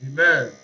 Amen